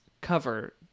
cover